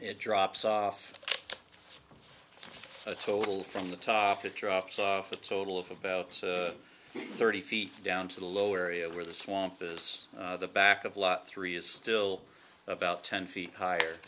it drops off total from the top that drops off a total of about thirty feet down to the lower area where the swamp is the back of lot three is still about ten feet higher